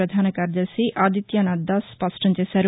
ప్రపధాన కార్యదర్శి ఆదిత్యనాధ్ దాస్ స్పష్టం చేశారు